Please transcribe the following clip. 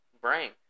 brain